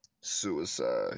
suicide